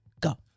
go